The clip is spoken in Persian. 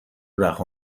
رها